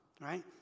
right